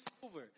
silver